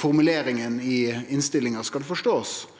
formuleringa i innstillinga skal forståast.